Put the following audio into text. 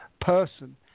person